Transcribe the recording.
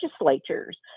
legislatures